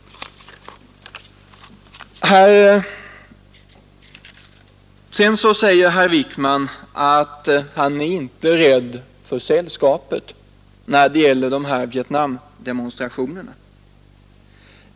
Herr Wickman säger att han inte är rädd för sitt sällskap när det gäller Vietnamdemonstrationerna.